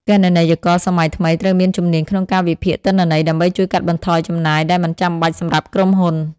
គណនេយ្យករសម័យថ្មីត្រូវមានជំនាញក្នុងការវិភាគទិន្នន័យ ដើម្បីជួយកាត់បន្ថយចំណាយដែលមិនចាំបាច់សម្រាប់ក្រុមហ៊ុន។